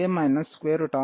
a కు x సమానం